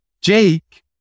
Jake